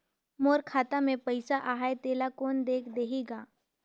मोर खाता मे पइसा आहाय तेला कोन देख देही गा?